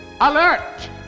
alert